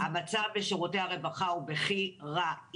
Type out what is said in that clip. המצב בשירותי הרווחה הוא בכי רע.